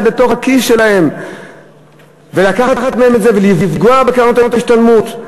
לתוך הכיס שלהם ולקחת מהם את זה ולפגוע בקרנות ההשתלמות.